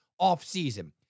offseason